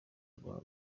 rwa